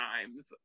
times